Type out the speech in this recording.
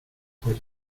fuerte